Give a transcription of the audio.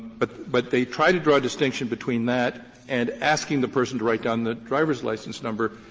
but but they try to draw a distinction between that and asking the person to write down the driver's license number.